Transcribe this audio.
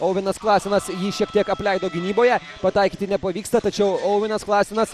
auvenas klasenas jį šiek tiek apleido gynyboje pataikyti nepavyksta tačiau auvenas klasenas